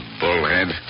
bullhead